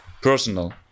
personal